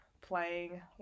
playing